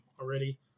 already